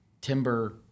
Timber